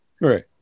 Right